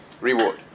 reward